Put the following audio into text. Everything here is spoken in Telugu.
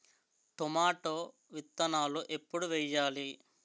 టొమాటో విత్తనాలు ఎప్పుడు వెయ్యాలి?